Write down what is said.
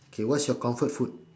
K what's your comfort food